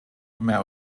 mehr